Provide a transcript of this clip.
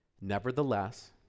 Nevertheless